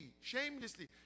shamelessly